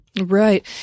Right